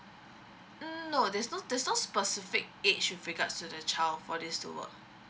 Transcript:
mm no there's no there's no specific age with regards to the child for this to work